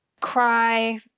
cry